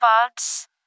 parts